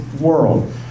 world